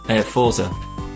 Forza